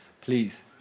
please